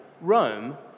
Rome